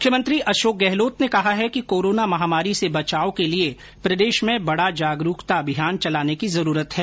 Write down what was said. मुख्यमंत्री अशोक गहलोत ने कहा कि कोरोना महामारी से बचाव के लिए प्रदेश में बड़ा जागरूकता अभियान चलाने की जरूरत है